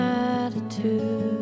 attitude